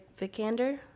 vikander